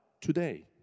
today